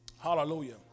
Hallelujah